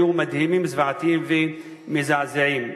היו מדהימים וזוועתיים ומזעזעים.